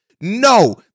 No